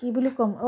কি বুলি ক'ম